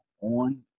on